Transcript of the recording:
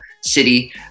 City